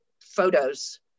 photos